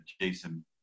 Jason